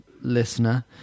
listener